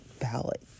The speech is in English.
ballot